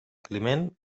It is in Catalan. climent